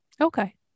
Okay